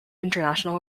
international